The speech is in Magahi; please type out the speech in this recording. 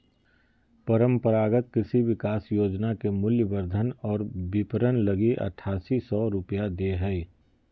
परम्परागत कृषि विकास योजना के मूल्यवर्धन और विपरण लगी आठासी सौ रूपया दे हइ